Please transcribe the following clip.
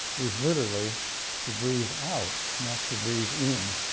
is literally to breathe out, not to breathe in.